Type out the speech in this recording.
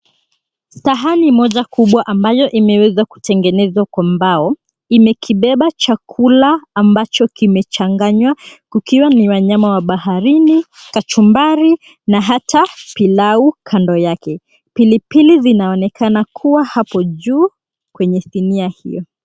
Sahani moja kubwa ambayo imeweza kutengenezwa kwa mbao imekibeba chakula ambacho kimechanganywa kukiwa ni wanyama wa baharini, kachumbari na hata pilau kando yake. Pilipili vinaonekana kuwa hapo juu kwenye sinia hilo.